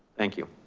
thank you.